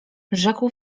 rzekł